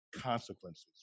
consequences